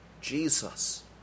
Jesus